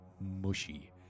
mushy